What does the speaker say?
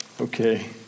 Okay